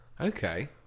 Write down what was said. Okay